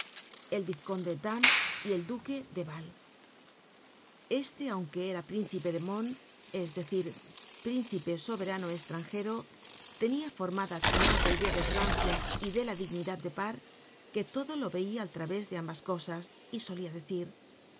el marqués de herb el vizconde damby el duque de val este aunque era príncipe de mon es decir príncipe soberano estranjero tenia formada tan alta idea de francia y de la dignidad de par que todo lo veia al través de ambas cosas y solia decir